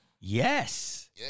Yes